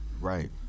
Right